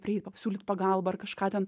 prieit pasiūlyt pagalbą ar kažką ten